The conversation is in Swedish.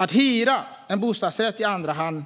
Att hyra en bostadsrätt i andra hand